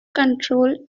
control